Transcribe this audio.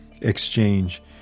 exchange